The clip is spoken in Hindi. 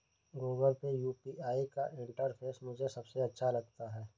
गूगल पे यू.पी.आई का इंटरफेस मुझे सबसे अच्छा लगता है